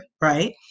right